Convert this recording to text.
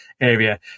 area